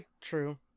True